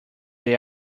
they